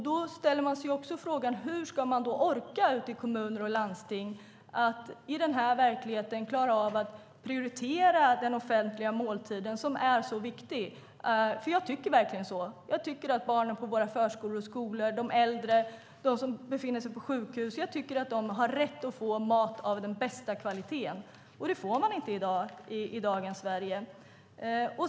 Då ställer vi oss också frågan hur man ute i kommuner och landsting ska orka att i den här verkligheten prioritera den offentliga måltiden som är så viktig. Jag tycker nämligen verkligen så; jag tycker att barnen på våra förskolor och skolor, de äldre och de som befinner sig på sjukhus har rätt att få mat av den bästa kvaliteten. Det får de inte i dagens Sverige.